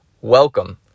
Welcome